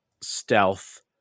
stealth